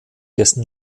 dessen